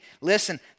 listen